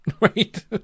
right